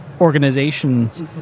organizations